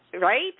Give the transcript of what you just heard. right